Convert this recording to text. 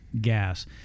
gas